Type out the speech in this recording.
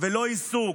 ולא עיסוק,